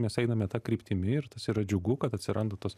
mes einame ta kryptimi ir tas yra džiugu kad atsiranda tos